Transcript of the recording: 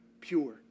pure